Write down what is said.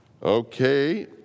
Okay